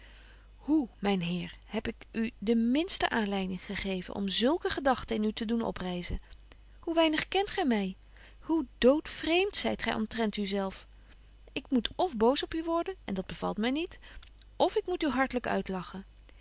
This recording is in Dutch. hoe myn heer heb ik u de minste aanleiding gegeven om zulke gedagten in u te doen opryzen hoe weinig kent gy my hoe dood vreemt zyt gy omtrent u zelf ik moet of boos op u worden en dat bevalt my niet of ik moet u hartlyk uitlachen